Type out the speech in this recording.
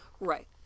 Right